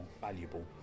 valuable